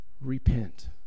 repent